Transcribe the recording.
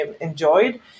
enjoyed